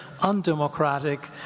undemocratic